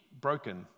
broken